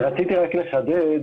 רציתי לחדד.